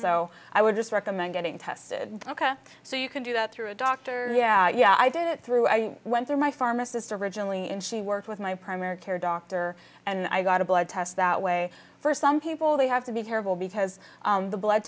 so i would just recommend getting tested ok so you can do that through a doctor yeah i did it through i went through my pharmacist originally and she worked with my primary care doctor and i got a blood test that way for some people they have to be careful because the blood